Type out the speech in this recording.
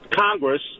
Congress